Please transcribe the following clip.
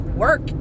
work